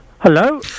Hello